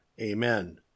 Amen